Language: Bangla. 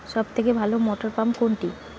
সবথেকে ভালো মটরপাম্প কোনটি?